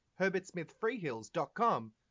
herbertsmithfreehills.com